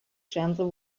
gentle